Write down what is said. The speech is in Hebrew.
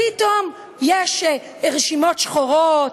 פתאום יש רשימות שחורות.